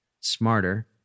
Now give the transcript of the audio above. smarter